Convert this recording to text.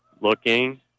looking